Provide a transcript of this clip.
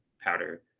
powder